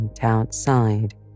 outside